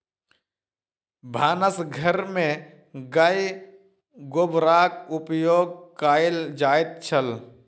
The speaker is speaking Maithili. भानस घर में गाय गोबरक उपयोग कएल जाइत छल